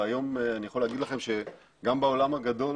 והיום אני יכול להגיד לכם שגם בעולם הגדול